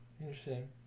interesting